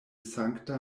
sankta